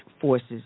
forces